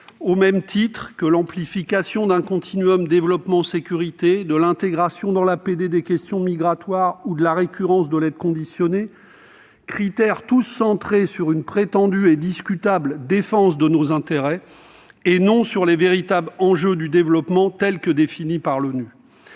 au même titre que l'amplification d'un continuum entre développement et sécurité, l'intégration dans l'APD des questions migratoires ou la récurrence de l'aide conditionnée, dont les critères sont tous centrés sur une prétendue et discutable « défense de nos intérêts » et non sur les véritables enjeux du développement tels qu'ils sont définis par l'ONU.